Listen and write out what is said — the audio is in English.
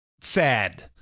sad